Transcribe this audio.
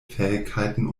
fähigkeiten